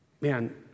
Man